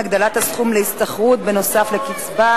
הגדלת הסכום להשתכרות בנוסף לקצבה),